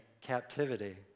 captivity